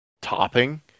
topping